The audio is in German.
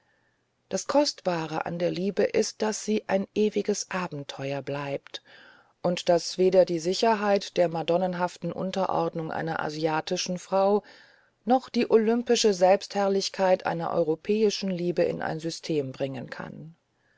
das kostbare an der liebe ist daß sie ein ewiges abenteuer bleibt und daß weder die sicherheit der madonnenhaften unterordnung einer asiatischen frau noch die olympische selbstherrlichkeit einer europäischen liebe in ein system bringen kann